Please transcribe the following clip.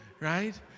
right